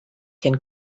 can